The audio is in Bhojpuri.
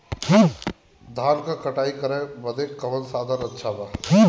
धान क कटाई करे बदे कवन साधन अच्छा बा?